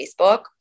Facebook